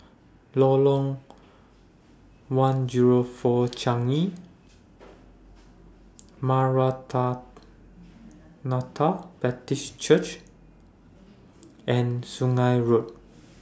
Lorong one Zero four Changi Baptist Church and Sungei Road